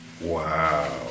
Wow